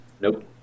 Nope